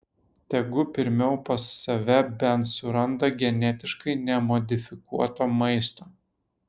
tegu pirmiau pas save bent suranda genetiškai nemodifikuoto maisto